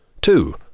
Two